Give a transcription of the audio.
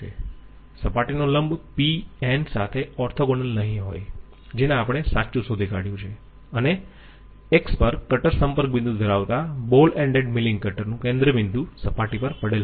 સપાટીનો લંબ p n સાથે ઓર્થોગોનલ નહીં હોય જેને આપણે સાચું શોધી કાઢ્યું છે અને અને X પર કટર સંપર્ક બિંદુ ધરાવતા બોલ એન્ડેડ મિલિંગ કટર નું કેન્દ્ર બિંદુ સપાટી પર પડેલ હશે